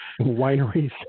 wineries